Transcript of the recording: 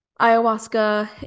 Ayahuasca